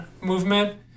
movement